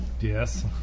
Yes